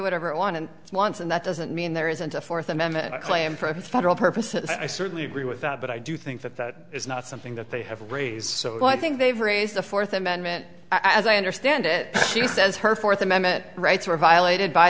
whatever i want and wants and that doesn't mean there isn't a fourth amendment claim for a federal purposes i certainly agree with that but i do think that that is not something that they have raised so i think they've raised the fourth amendment as i understand it she says her fourth amendment rights were violated by